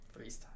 Freestyle